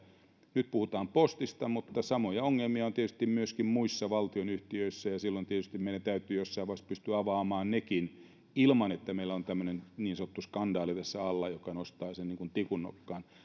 nyt puhutaan postista mutta samoja ongelmia on tietysti myöskin muissa valtionyhtiöissä silloin tietysti meidän täytyy jossain vaiheessa pystyä avaamaan nekin ilman että meillä on tässä alla tällainen niin sanottu skandaali joka nostaa sen niin kuin tikun nokkaan tässä